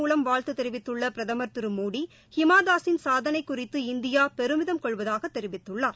மூலம் வாழ்த்துதெிவித்துள்ளபிரதமர் திருமோடி ஹிமாதாஸின் டிவிட்டர் சாதனைகுறித்து இந்தியாபெருமிதம் கொள்ளவதாகதெரிவித்துள்ளார்